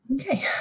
Okay